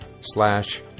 slash